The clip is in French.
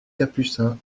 capucins